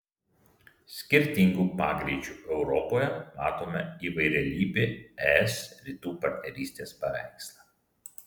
skirtingų pagreičių europoje matome įvairialypį es rytų partnerystės paveikslą